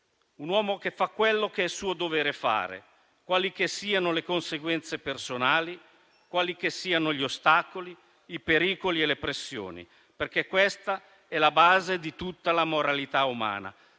- che fa «quello che è suo dovere fare, quali che siano le conseguenze personali, gli ostacoli, i pericoli e le pressioni», perché «questa è la base di tutta la moralità umana».